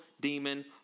demon